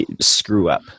screw-up